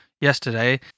yesterday